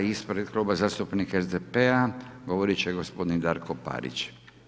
Sada ispred Kluba zastupnika SDP-a govorit će gospodin Darko Parić.